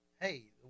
hey